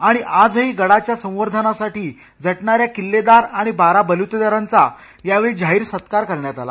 आणि आजही गडाच्या संवर्धनासाठी झटणाऱ्या किल्लेदार आणि बाराबलुतेदारांचा यावेळी जाहिर सत्कार करण्यात आला